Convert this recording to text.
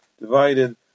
divided